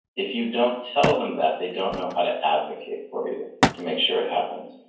if you don't tell them that, they don't know how to advocate for you to make sure it happens.